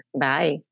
Bye